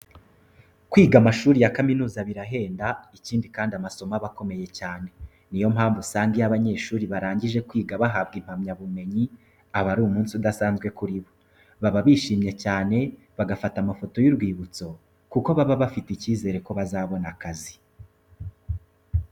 Kwiga amashuri ya kaminuza birahenda ikindi kandi amasomo aba akomeye cyane, niyo mpamvu usanga iyo abanyeshuri barangije kwiga bagahabwa impamya bumenyi aba ari umunsi udasanzwe kuri bo. Baba bishimye cyane, bagafata amafoto y'urwibutso kuko baba bafite icyizere ko bazabona akazi.